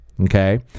Okay